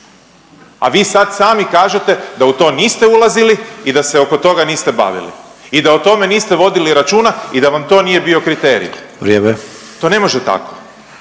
A vi sad sami kažete da u to niste ulazili i da se oko toga niste bavili i da o tome niste vodili računa i da vam to nije bio kriterij. …/Upadica